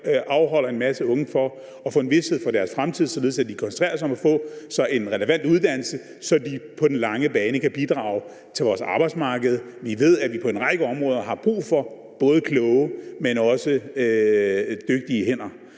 afholder en masse unge fra at få en vished om deres fremtid, således at de kan koncentrere sig om at få sig en relevant uddannelse, så de på den lange bane kan bidrage til vores arbejdsmarked? Vi ved, at vi på en række områder har brug for både kloge og dygtige hænder.